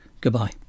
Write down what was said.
goodbye